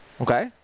Okay